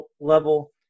level